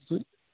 سُے